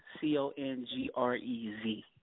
C-O-N-G-R-E-Z